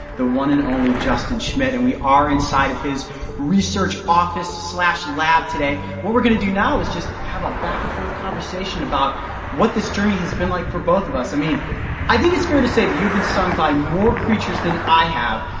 the one and only justin schmidt. and we are inside of his research office slash lab today. what we're gonna do now is just have a back and forth conversation about what this journey has been like for both of us. i mean i think its fair to say that you've been stung by more creatures than i have.